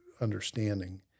understanding